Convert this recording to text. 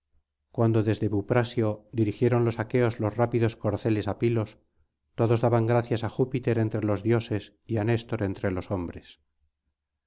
cuando desde buprasio dirigieron los aqueos los rápidos corceles á pilos todos daban gracias á júpiter entre los dioses y á néstor entre los hombres